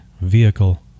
vehicle